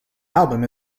album